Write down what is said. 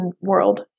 World